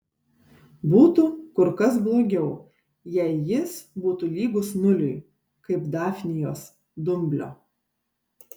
būtų kur kas blogiau jei jis būtų lygus nuliui kaip dafnijos dumblio